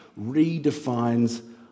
redefines